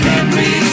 Henry